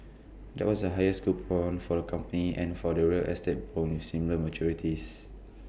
that was the highest coupon for the company and for the real estate bonds with similar maturities